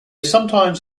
sometimes